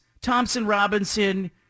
Thompson-Robinson